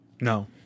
No